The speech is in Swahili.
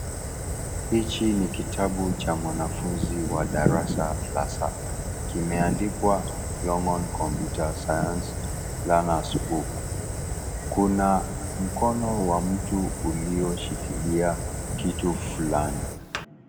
Hichi ni kitabu cha mwanafunzi wa darasa la saba. Kimeandikwa Longhorn Computer Science Learner's Book. Kuna mkono wa mtu uliyoshikilia kitu fulani.